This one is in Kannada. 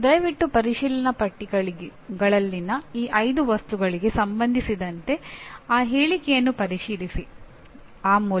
ಈ ಕುರಿತು ಸಂಪೂರ್ಣ ಸಾಹಿತ್ಯವಿದೆ